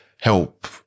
help